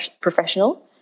professional